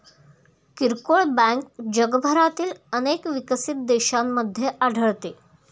किरकोळ बँक जगभरातील अनेक विकसित देशांमध्ये आढळते